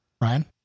Ryan